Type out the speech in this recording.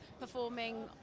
performing